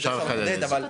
אפשר לחדד את זה.